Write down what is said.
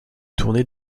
tourné